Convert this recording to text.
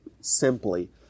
simply